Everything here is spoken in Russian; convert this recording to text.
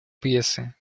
прессы